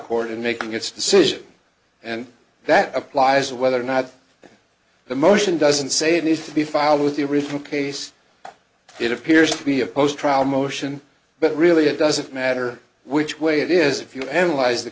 court in making its decision and that applies whether or not the motion doesn't say it needs to be filed with the original case it appears to be a post trial motion but really it doesn't matter which way it is if you analyze the